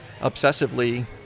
obsessively